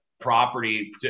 property